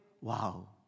Wow